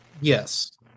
Yes